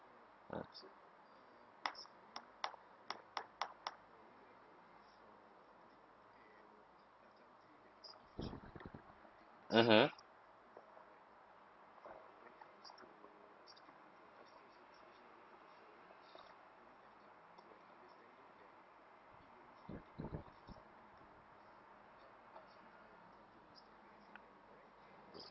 mmhmm